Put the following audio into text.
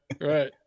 right